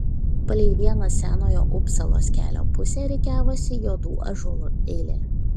palei vieną senojo upsalos kelio pusę rikiavosi juodų ąžuolų eilė